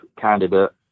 candidate